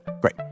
Great